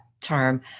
term